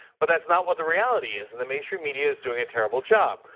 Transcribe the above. but that's not what the reality is and the mainstream media is doing a terrible job.